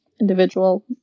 individual